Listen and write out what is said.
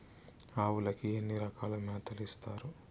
ఆవులకి ఎన్ని రకాల మేతలు ఇస్తారు?